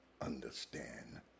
understand